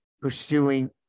pursuing